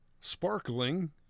sparkling